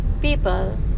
people